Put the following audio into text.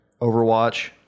Overwatch